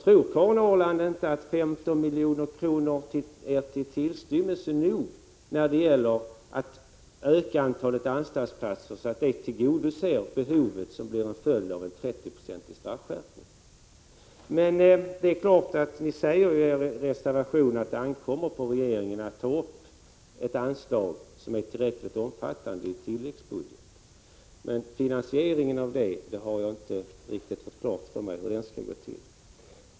Karin Ahrland, jag tror inte att 15 milj.kr. är nog när det gäller att öka antalet anstaltsplatser så att det tillgodoser det behov som blir följden av en 30-procentig straffskärpning. Ni säger i er reservation att det ankommer på regeringen att i tilläggsbudgeten ta upp ett anslag som är tillräckligt omfattande. Men jag har inte fått riktigt klart för mig hur finansieringen av detta skall gå till.